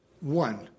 one